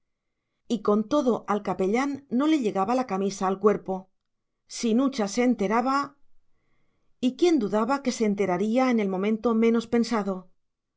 y con todo al capellán no le llegaba la camisa al cuerpo si nucha se enteraba y quién duda que se enteraría en el momento menos pensado